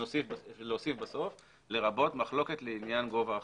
להוסיף בסוף: לרבות מחלוקת לעניין גובה החוב,